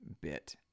bit